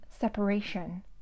separation